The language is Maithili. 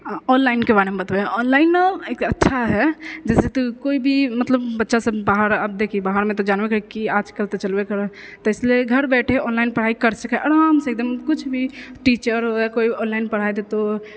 अऽ ऑनलाइनके बारेमे बतबै ऑनलाइन एक अच्छा है जैसे तऽ कोइ भी मतलब बच्चा सभ बाहर आब देखिही बाहरमे तऽ जानबे करै कि आजकल तऽ चलबे करै हैय तऽ इसलिए घर बैठे ऑनलाइन पढाइ कर सकै आरामसे एकदम कुछ भी टीचर होवै वा कोइ ऑनलाइन पढ़ाय देतौ